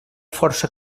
força